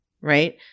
right